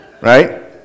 right